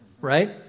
Right